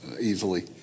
easily